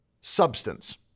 substance